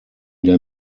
der